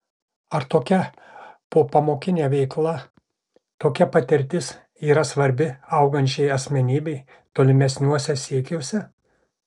ar tokia popamokinė veikla tokia patirtis yra svarbi augančiai asmenybei tolimesniuose siekiuose